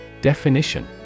Definition